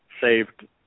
saved